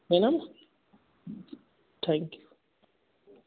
है ना थैंक्यू